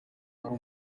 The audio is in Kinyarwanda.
ari